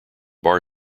bar